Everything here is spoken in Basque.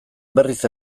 berriz